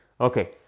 Okay